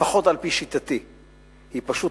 לפחות על-פי שיטתי הוא פשוט,